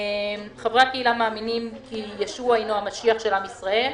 חברי הקהילה מאמינים כי ישוע הינו המשיח של עם ישראל.